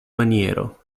maniero